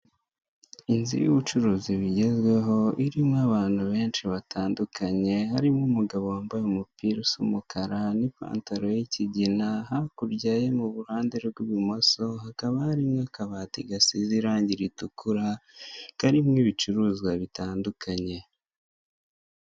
Umuhanda w'ikaburimbo urimo imodoka yo mu bwoko bwa dina, ufite ibyuma by'umutuku biyizengurutse isa ibara ry'umweru, imbere yayo hari ibindi binyabiziga birimo biragenda ku ruhande hahagaze abanyamaguru hari n'undi urimo aragenda mu muhanda w'abanyamaguru ku ruhande.